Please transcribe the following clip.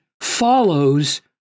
follows